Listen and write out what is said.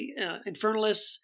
Infernalists